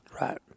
Right